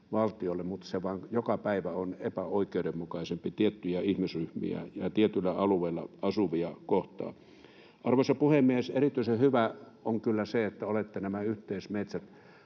mutta se vain joka päivä on epäoikeudenmukaisempi tiettyjä ihmisryhmiä ja tietyillä alueilla asuvia kohtaan. Arvoisa puhemies! Erityisen hyvää on kyllä se, että olette nämä yhteismetsät